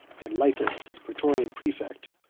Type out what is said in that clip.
and laetus, his praetorian praefect,